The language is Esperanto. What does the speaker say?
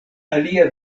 alia